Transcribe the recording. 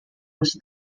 was